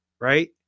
Right